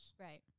right